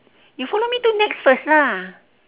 you follow me to nex first lah